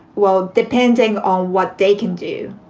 well, depending on what they can do.